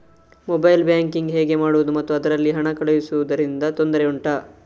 mobile banking ಹೇಗೆ ಮಾಡುವುದು ಮತ್ತು ಅದರಲ್ಲಿ ಹಣ ಕಳುಹಿಸೂದರಿಂದ ತೊಂದರೆ ಉಂಟಾ